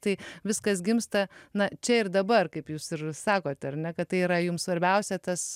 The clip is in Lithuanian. tai viskas gimsta na čia ir dabar kaip jūs ir sakot ar ne kad tai yra jums svarbiausia tas